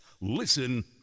Listen